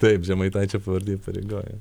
taip žemaitaičio pavardė įpareigoja